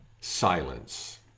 silence